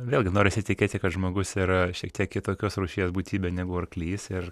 vėlgi norisi tikėti kad žmogus yra šiek tiek kitokios rūšies būtybė negu arklys ir